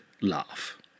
laugh